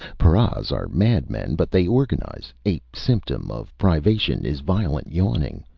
paras are madmen, but they organize. a symptom of privation is violent yawning.